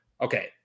Okay